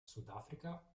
sudafrica